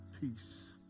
peace